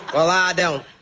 well, i don't